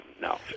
no